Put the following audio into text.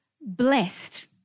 blessed